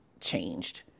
changed